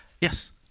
Yes